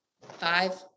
five